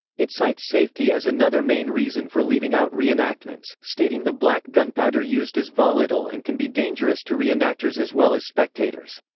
it cites safety as another main reason for leaving out reenactments, stating the black gunpowder used is volatile and can be dangerous to re-enactors as well as spectators.